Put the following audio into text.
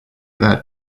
that